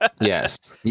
yes